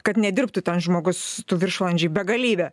kad nedirbtų ten žmogus tų viršvalandžių begalybę